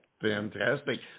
fantastic